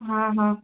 हा हा